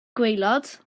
gwaelod